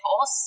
Force